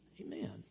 Amen